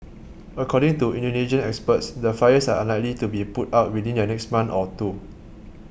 according to Indonesian experts the fires are unlikely to be put out within the next month or two